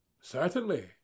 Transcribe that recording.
Certainly